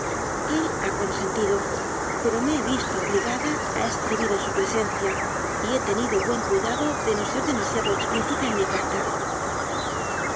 el ha consentido pero me he visto obligada a escribir en su pre sencia y he tenido buen cuidado de no ser dema siado explícita en mi carta